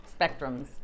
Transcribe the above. spectrums